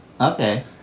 Okay